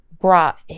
brought